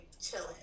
chilling